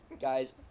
guys